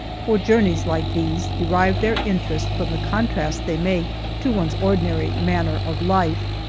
for journeys like these derive their interest from the con trast they make to one's ordinary manner of life.